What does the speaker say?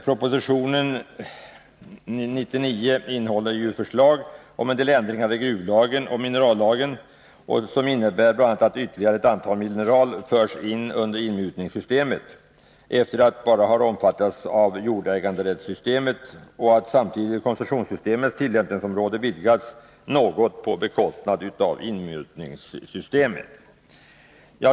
Proposition 99 innehåller förslag om en del ändringar i gruvoch minerallagen som innebär att ytterligare mineral förs in under inmutningssystemet efter att bara ha omfattats av jordäganderättssystemet och att samtidigt koncessionssystemets tillämpningsområde vidgas något på bekostnad av inmutningssystemet.